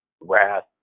wrath